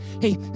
Hey